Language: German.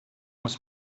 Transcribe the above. muss